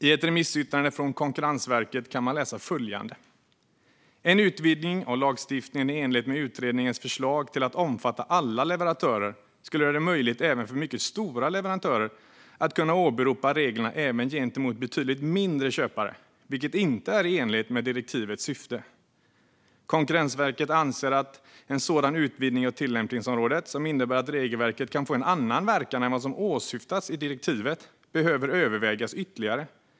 I ett remissyttrande från Konkurrensverket kan man läsa följande: "En utvidgning till att omfatta alla leverantörer skulle göra det möjligt även för mycket stora leverantörer att kunna åberopa reglerna även gentemot betydligt mindre köpare, vilket inte är enlighet med direktivets syfte. Konkurrensverket anser att en sådan utvidgning av tillämpningsområdet, som innebär att regelverket kan få en annan verkan än vad som åsyftats i direktivet, behöver övervägas ytterligare.